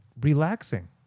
relaxing